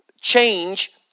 change